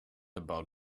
about